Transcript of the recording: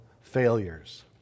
failures